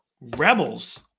Rebels